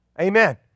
Amen